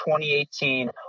2018